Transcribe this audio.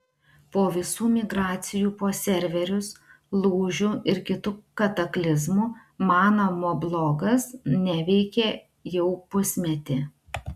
po visų migracijų po serverius lūžių ir kitų kataklizmų mano moblogas neveikė jau pusmetį